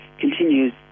continues